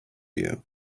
you